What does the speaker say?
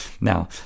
Now